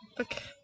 Okay